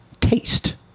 taste